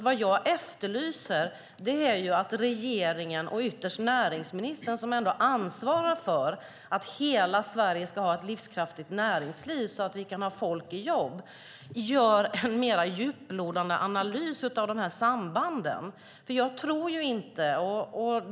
Vad jag efterlyser är att regeringen och ytterst näringsministern, som ändå ansvarar för att hela Sverige ska ha ett livskraftigt näringsliv så att vi kan ha folk i jobb, gör en mer djuplodande analys av sambanden.